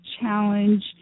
challenge